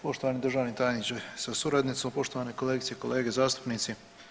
Poštovani državni tajniče sa suradnicom, poštovane kolegice i kolege zastupnici.